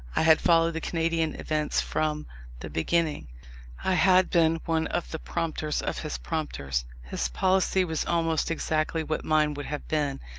i had followed the canadian events from the beginning i had been one of the prompters of his prompters his policy was almost exactly what mine would have been,